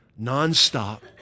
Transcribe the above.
nonstop